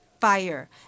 Fire